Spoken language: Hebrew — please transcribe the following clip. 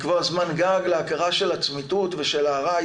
לקבוע זמן גג להכרה של הצמיתות ושל העראי.